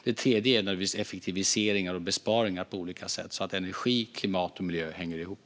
Det tredje är naturligtvis effektiviseringar och besparingar på olika sätt, så att energi, klimat och miljö hänger ihop.